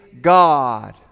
God